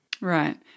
Right